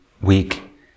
week